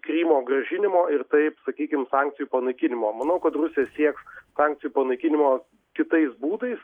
krymo grąžinimo ir taip sakykim sankcijų panaikinimo manau kad rusija sieks sankcijų panaikinimo kitais būdais